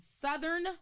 Southern